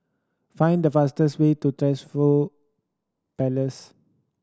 find the fastest way to Trevose Palace